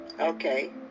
Okay